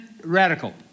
radical